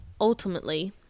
ultimately